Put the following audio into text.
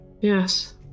Yes